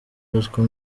ruswa